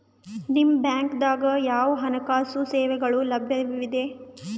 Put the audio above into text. ನಿಮ ಬ್ಯಾಂಕ ದಾಗ ಯಾವ ಹಣಕಾಸು ಸೇವೆಗಳು ಲಭ್ಯವಿದೆ?